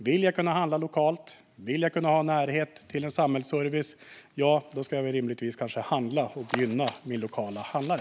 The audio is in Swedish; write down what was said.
Vill jag kunna handla lokalt och kunna ha nära till samhällsservice ska jag kanske rimligtvis handla hos och gynna min lokala handlare.